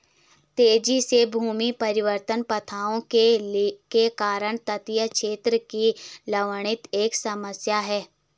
तेजी से भूमि परिवर्तन प्रथाओं के कारण तटीय क्षेत्र की लवणता एक समस्या है